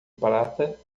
prata